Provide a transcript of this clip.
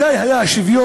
מתי היה שוויון